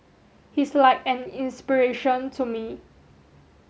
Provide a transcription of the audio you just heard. he's like an inspiration to me